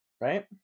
right